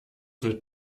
mit